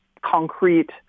concrete